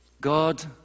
God